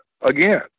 again